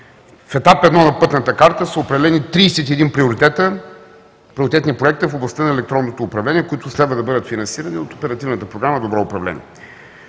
В Етап 1 на Пътната карта са определени 31 приоритетни проекта в областта на електронното управление, които следва да бъдат финансирани от Оперативната програма „Добро управление“.